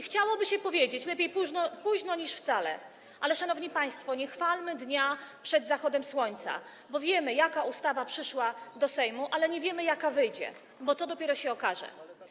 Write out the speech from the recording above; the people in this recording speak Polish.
Chciałoby się powiedzieć: lepiej późno niż wcale, ale szanowni państwo, nie chwalmy dnia przed zachodem słońca, bo wiemy, jaka ustawa przyszła do Sejmu, ale nie wiemy, jaka wyjdzie, bo to się dopiero okaże.